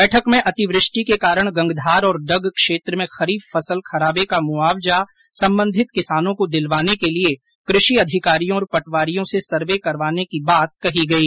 बैठक में अतिवृष्टि के कारण गंगधार और डग क्षेत्र में खरीफ फसल खराबे का मुआवजा संबंधित किसानों को दिलवाने के लिए कृषि अधिकारियों और पटवारियों से सर्वे करवाने की बात की गई